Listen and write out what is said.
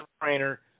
trainer